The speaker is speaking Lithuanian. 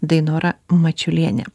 dainora mačiulienė